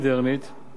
שאת לא אוהבת אותה,